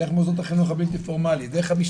דרך מוסדות החינוך הבלתי פורמלית,